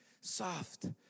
soft